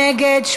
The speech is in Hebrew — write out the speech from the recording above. נגד?